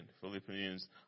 Philippians